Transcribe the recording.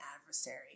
adversary